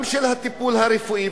גם של הטיפול הרפואי,